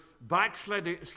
backsliding